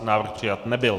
Návrh přijat nebyl.